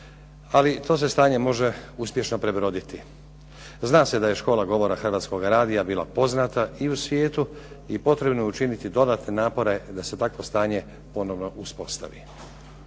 ali to se stanje može uspješno prebroditi. Zna se da je škola govora Hrvatskoga radija bila poznata i u svijetu i potrebno je učiniti dodatne napore da se takvo stanje ponovno uspostavi.